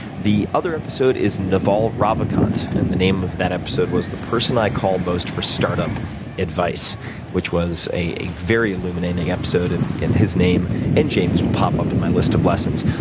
the other episode is naval ravikant, and the name of that episode was the person i call most for startup advice which was a very illuminating episode. and his name and jamie's will pop up in my list of lessons.